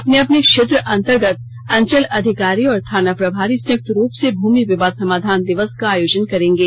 अपने अपने क्षेत्र अंतर्गत अंचल अधिकारी और थाना प्रभारी संयुक्त रूप से भूमि विवाद समाधान दियस का आयोजन करेंगे